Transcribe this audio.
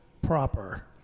proper